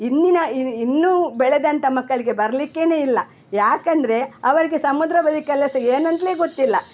ಇಂದಿನ ಈ ಇನ್ನೂ ಬೆಳೆದಂಥ ಮಕ್ಕಳಿಗೆ ಬರಲಿಕ್ಕೆಯೇ ಇಲ್ಲ ಯಾಕೆಂದರೆ ಅವರಿಗೆ ಸಮುದ್ರ ಬದಿ ಕೆಲಸ ಏನಂತಲೇ ಗೊತ್ತಿಲ್ಲ